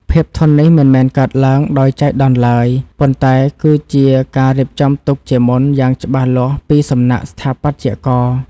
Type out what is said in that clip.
ភាពធន់នេះមិនមែនកើតឡើងដោយចៃដន្យឡើយ ប៉ុន្តែគឺជាការរៀបចំទុកជាមុនយ៉ាងច្បាស់លាស់ពីសំណាក់ស្ថាបត្យករ។